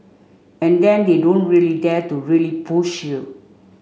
and then they don't really dare to really push you